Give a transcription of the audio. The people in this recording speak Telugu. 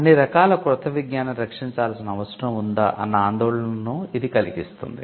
అన్ని రకాల క్రొత్త విజ్ఞానాన్ని రక్షించాల్సిన అవసరం ఉందా అన్న ఆందోళనను ఇది కలిగిస్తుంది